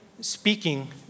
speaking